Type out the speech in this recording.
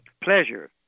Pleasure